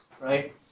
right